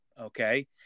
Okay